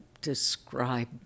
describe